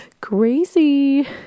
Crazy